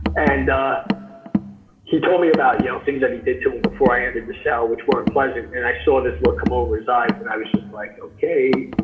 and he told me about yeah things that he did to him before i entered the cell, which weren't pleasant. and i saw this look come over his eyes and i was just like okay.